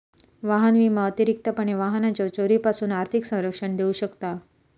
वाहन विमा अतिरिक्तपणे वाहनाच्यो चोरीपासून आर्थिक संरक्षण देऊ शकता